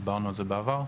דיברנו על זה בעבר.